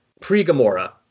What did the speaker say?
pre-Gamora